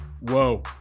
Whoa